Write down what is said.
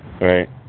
Right